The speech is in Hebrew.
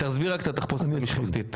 תסביר רק את התחפושת המשפחתית.